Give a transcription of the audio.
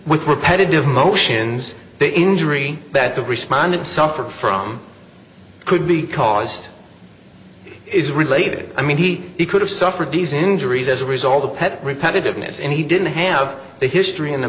with repetitive motion the injury that the respondent suffered from could be caused is related i mean he could have suffered these injuries as a result of pet repetitiveness and he didn't have a history in the